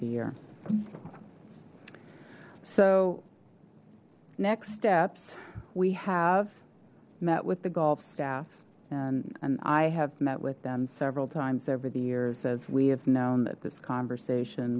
year so next steps we have met with the golf staff and and i have met with them several times over the years as we have known that this conversation